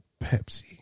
Pepsi